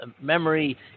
memory